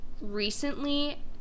recently